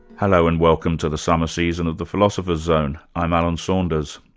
hello, and welcome to the summer season of the philosopher's zone i'm alan saunders.